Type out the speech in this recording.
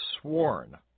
sworn